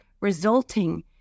resulting